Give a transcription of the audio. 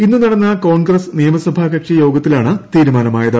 ഇന്ന് നടന്ന കോൺഗ്രസ് നിയമസഭാ കക്ഷി യോഗത്തിലാണ് തീരുമാനമായത്